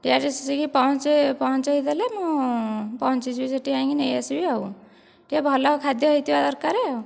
କିଏ ପହଞ୍ଚେ ପହଞ୍ଚେଇଦେଲେ ମୁଁ ପହଞ୍ଚିଯିବି ସେ'ଠି ଯାଇଁକି ନେଇ ଆସିବି ଆଉ ଟିକେ ଭଲ ଖାଦ୍ୟ ହେଇଥିବା ଦରକାରେ ଆଉ